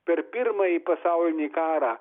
per pirmąjį pasaulinį karą